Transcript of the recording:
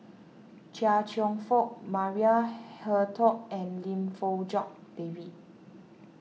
Chia Cheong Fook Maria Hertogh and Lim Fong Jock David